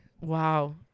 wow